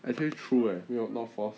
I say true eh 没有 not false